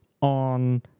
on